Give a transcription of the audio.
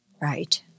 right